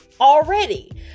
already